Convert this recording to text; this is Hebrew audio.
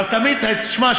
אבל תשמע,